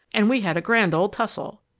and we had a grand old tussle.